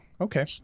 Okay